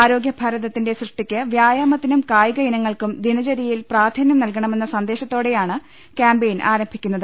ആരോഗ്യഭാരതത്തിന്റെ സൃഷ്ടിക്ക് വ്യായാമ ത്തിനും കായിക ഇനങ്ങൾക്കും ദിനചര്യയിൽ പ്രധാന്യം നൽകണമെന്ന സന്ദേശത്തോ ടെയാണ് ക്യാമ്പയിൻ ആരംഭിക്കുന്നത്